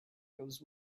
goes